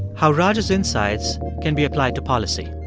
how raj's insights can be applied to policy.